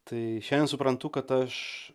tai šiandien suprantu kad aš